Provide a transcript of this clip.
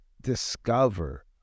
discover